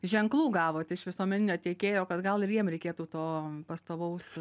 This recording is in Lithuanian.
ženklų gavot iš visuomeninio tiekėjo kad gal ir jiem reikėtų to pastovaus